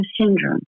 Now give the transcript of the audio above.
syndrome